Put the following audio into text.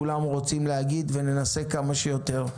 כולם רוצים להגיד וננסה כמה שיותר.